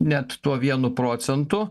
net tuo vienu procentu